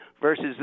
versus